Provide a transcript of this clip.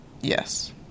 Yes